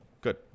Good